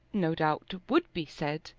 no doubt would be said,